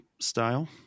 style